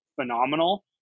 phenomenal